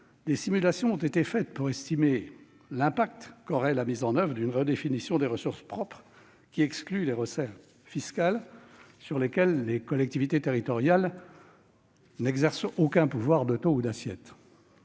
des simulations ont été effectuées pour estimer l'impact qu'aurait la mise en oeuvre d'une redéfinition des ressources propres excluant les recettes fiscales sur lesquelles les collectivités territoriales n'exercent aucun pouvoir de taux ou d'assiette.